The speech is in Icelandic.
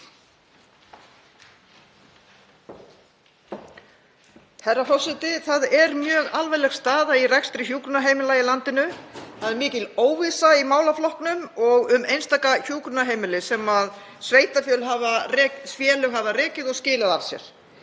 Herra forseti. Það er mjög alvarleg staða í rekstri hjúkrunarheimila í landinu. Það er mikil óvissa í málaflokknum og um einstaka hjúkrunarheimili sem sveitarfélög hafa rekið og skilað af sér.